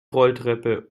rolltreppe